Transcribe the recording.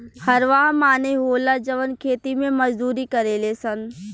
हरवाह माने होला जवन खेती मे मजदूरी करेले सन